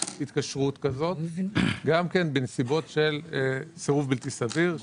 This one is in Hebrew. התקשרות כזאת בנסיבות של סירוב בלתי סביר,